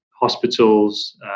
hospitals